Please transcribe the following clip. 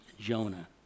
Jonah